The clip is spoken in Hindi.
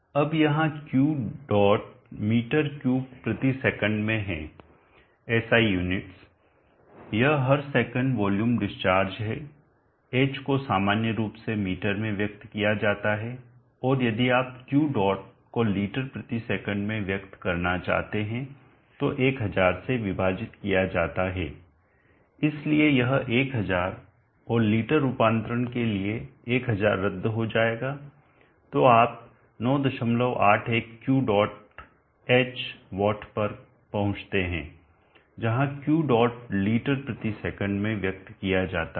अब यहाँ Q dot मीटर क्यूब प्रति सेकंड में है SI यूनिट्स यह हर सेकंड वॉल्यूम डिस्चार्ज है h को सामान्य रूप से मीटर में व्यक्त किया जाता है और यदि आप Q dot को लीटर प्रति सेकंड में व्यक्त करना चाहते हैं तो 1000 से विभाजित किया जाता है इसलिए यह 1000 और लीटर रूपांतरण के लिए 1000 रद्द हो जाएगा तो आप 981 Q डॉट एच वाट पर पहुंचते हैं जहां क्यू डॉट लीटर प्रति सेकंड में व्यक्त किया जाता है